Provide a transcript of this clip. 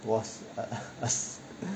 was err